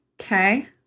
Okay